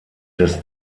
des